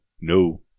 no